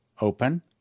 open